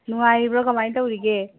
ꯅꯨꯡꯉꯥꯏꯔꯤꯕ꯭ꯔꯣ ꯀꯥꯃꯥꯏ ꯇꯧꯔꯤꯒꯦ